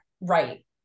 right